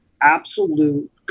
absolute